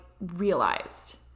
realized